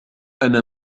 أنا